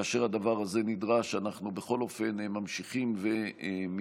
כאשר הדבר הזה נדרש אנחנו בכל אופן ממשיכים ומתכנסים.